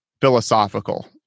philosophical